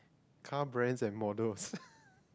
car brands and models